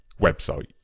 website